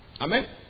Amen